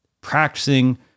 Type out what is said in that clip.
practicing